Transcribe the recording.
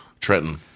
Trenton